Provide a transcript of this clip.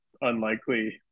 unlikely